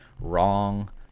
wrong